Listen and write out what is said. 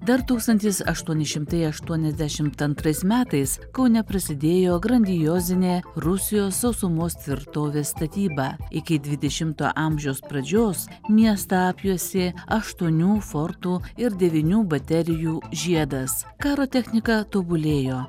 dar tūkstantis aštuoni šimtai aštuoniasdešimt antrais metais kaune prasidėjo grandiozinė rusijos sausumos tvirtovės statyba iki dvidešimto amžiaus pradžios miestą apjuosė aštuonių fortų ir devynių baterijų žiedas karo technika tobulėjo